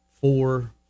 four